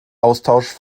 austausch